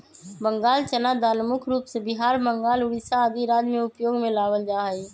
बंगाल चना दाल मुख्य रूप से बिहार, बंगाल, उड़ीसा आदि राज्य में उपयोग में लावल जा हई